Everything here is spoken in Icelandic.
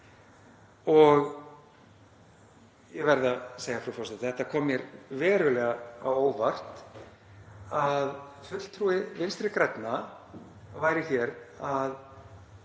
Ég verð að segja, frú forseti, að það kom mér verulega á óvart að fulltrúi Vinstri grænna væri hér að